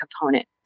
component